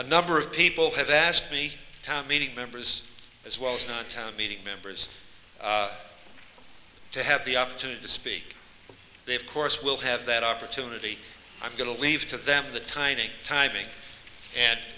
a number of people have asked me time meeting members as well as not town meeting members to have the opportunity to speak they of course will have that opportunity i'm going to leave to them the timing timing and